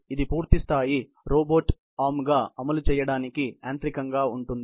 ఇది పూర్తి స్థాయి రోబోట్ ఆర్మ్గా అమలు చేయడానికి యాంత్రికంగా ఉంటుంది